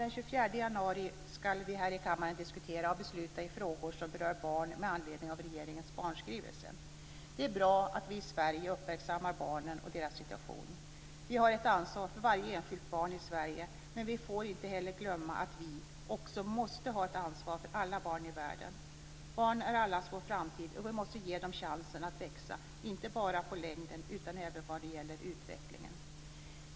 Den 24 januari ska vi här i kammaren diskutera och besluta i frågor som berör barn med anledning av regeringens barnskrivelse. Det är bra att vi i Sverige uppmärksammar barnen och deras situation. Vi har ett ansvar för varje enskilt barn i Sverige, men vi får inte heller glömma att vi också måste ha ett ansvar för alla barn i världen. Barnen är allas vår framtid, och vi måste ge dem chansen att växa inte bara på längden utan även vad gäller utveckling.